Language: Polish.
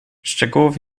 szczegółów